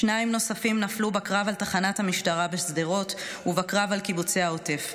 שניים נוספים נפלו בקרב על תחנת המשטרה בשדרות ובקרב על קיבוצי העוטף.